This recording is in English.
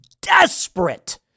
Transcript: desperate